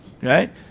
Right